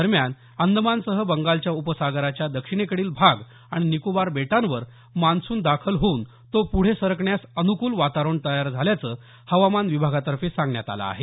दरम्यान अंदमानसह बंगालच्या उपसागराच्या दक्षिणेकडील भाग आणि निकोबार बेटांवर मान्सून दाखल होऊन तो पुढे सरकण्यास अनुकुल वातावरण तयार झाल्याचं हवामान विभागातर्फे सांगण्यात आलं आहे